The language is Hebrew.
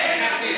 אין עתיד.